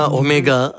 omega